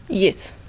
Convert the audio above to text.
yes,